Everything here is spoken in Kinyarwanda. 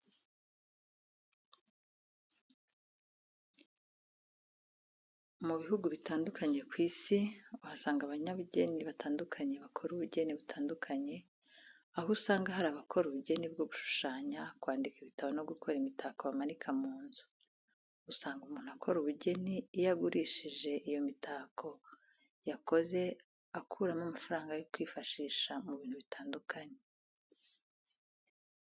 Mu bihugu bitandukanye ku isi uhasanga abanyabujyeni batandukanye bakora ubujyeni butandukanye aho usanga hari abakora ubujyeni bwo gushushanya, kwandika ibitabo no gukora imitako bamanika mu nzu. Usanga umuntu ukora ubujyeni iyo agurishije iyo mitako yakoze akuramo amafaranga yo kwifashisha mu bintu bitandukanye.